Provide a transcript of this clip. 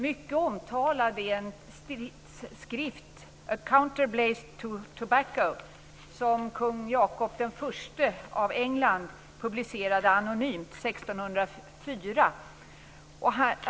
Mycket omtalad är skriften A Counterblaste to Tobacco som kung Jacob I av England publicerade anonymt år 1604.